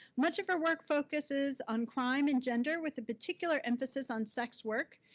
much of her work focuses on crime in gender with a particular emphasis on sex work.